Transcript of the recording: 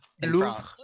Louvre